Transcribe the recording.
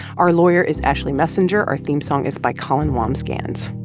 our lawyer is ashley messenger. our theme song is by colin wambsgans